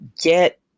get